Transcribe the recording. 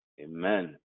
Amen